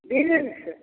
beans